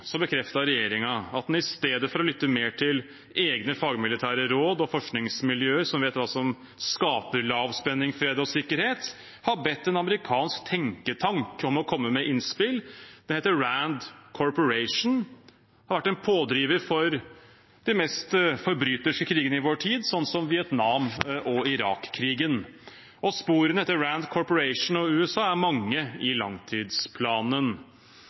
at den i stedet for å lytte mer til egne fagmilitære råd og forskningsmiljøer som vet hva som skaper lav spenning, fred og sikkerhet, har bedt en amerikansk tenketank om å komme med innspill. Den heter Rand Corporations og har vært en pådriver for de mest forbryterske krigene i vår tid, som Vietnam-krigen og Irak-krigen. Sporene etter Rand Corporations og USA er mange i langtidsplanen: